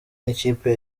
n’ikipe